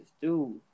Dude